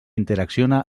interacciona